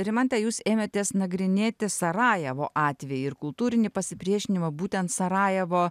rimante jūs ėmėtės nagrinėti sarajevo atvejį ir kultūrinį pasipriešinimą būtent sarajevo